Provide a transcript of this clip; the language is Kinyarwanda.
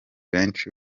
benshi